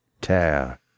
tear